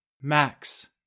Max